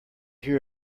hear